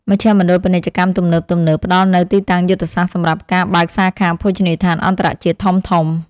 មជ្ឈមណ្ឌលពាណិជ្ជកម្មទំនើបៗផ្តល់នូវទីតាំងយុទ្ធសាស្ត្រសម្រាប់ការបើកសាខាភោជនីយដ្ឋានអន្តរជាតិធំៗ។